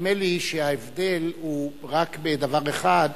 נדמה לי שההבדל הוא רק בדבר אחד: